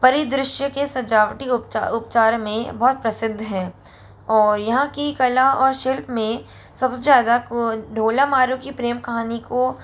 परिदृश्य के सजावटी उपचार में बहुत प्रसिद्ध हैं और यहाँ की कला और शिल्प में सब जगह को ढोलामारु की प्रेम कहानी को